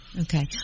Okay